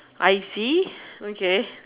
I see okay